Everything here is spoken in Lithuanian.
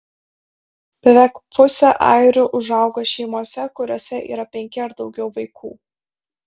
beveik pusė airių užauga šeimose kuriose yra penki ir daugiau vaikų